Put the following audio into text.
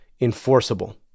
enforceable